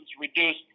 reduced